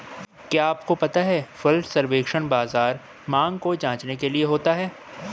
क्या आपको पता है फसल सर्वेक्षण बाज़ार मांग को जांचने के लिए होता है?